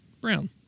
brown